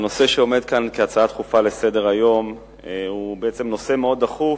הנושא שעומד כאן כהצעה דחופה לסדר-היום הוא נושא מאוד דחוף,